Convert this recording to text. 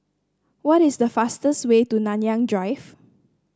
what is the fastest way to Nanyang Drive